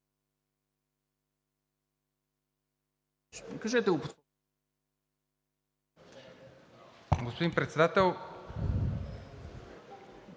господин Председател.